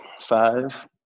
Five